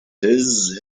his